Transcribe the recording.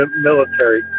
military